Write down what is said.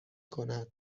کند